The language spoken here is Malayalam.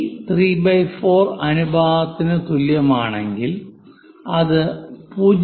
ഇ 34 അനുപാതത്തിന് തുല്യമാണെങ്കിൽ അത് 0